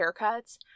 haircuts